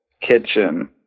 kitchen